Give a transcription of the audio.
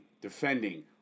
defending